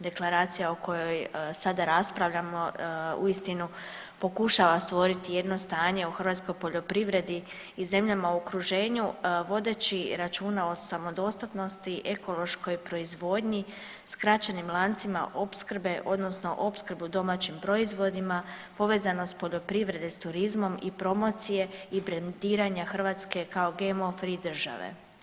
Deklaracija o kojoj sada raspravljamo uistinu pokušava stvoriti jedno stanje u hrvatskoj poljoprivredi i zemljama u okruženju vodeći računa o samodostatnosti, ekološkoj proizvodnji, skraćenim lancima opskrbe odnosno opskrbu domaćim proizvodima, povezanost poljoprivrede s turizmom i promocije i brendiranje Hrvatske kao GMO free države.